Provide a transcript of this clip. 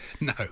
No